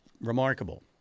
remarkable